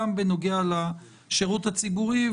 גם בנוגע לשירות הציבורי,